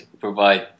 provide